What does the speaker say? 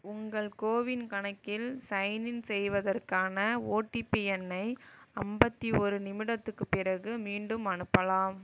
உங்கள் கோவின் கணக்கில் சைன்இன் செய்வதற்கான ஓடிபி எண்ணை ஐம்பத்தி ஒரு நிமிடத்துக்குப் பிறகு மீண்டும் அனுப்பலாம்